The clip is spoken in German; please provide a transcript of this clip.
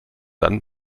dann